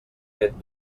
fet